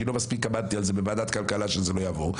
כי לא מספיק עמדתי על זה בוועדת כלכלה שזה לא יעבור.